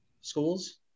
schools